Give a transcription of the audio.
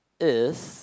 is